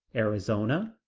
arizona,